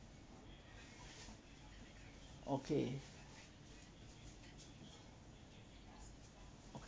okay